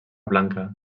blanca